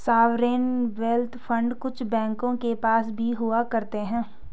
sovereign wealth fund कुछ बैंकों के पास भी हुआ करते हैं